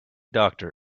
doctor